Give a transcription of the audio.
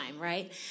right